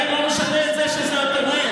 זה עדיין לא משנה את זה שזאת האמת.